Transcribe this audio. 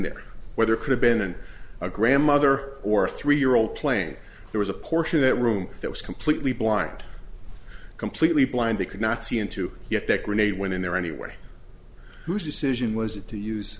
there whether could have been a grandmother or a three year old plane there was a portion of that room that was completely blind completely blind they could not see into yet that grenade went in there anyway whose decision was it to use